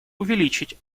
увеличить